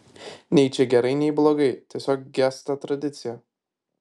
nei čia gerai nei blogai tiesiog gęsta tradicija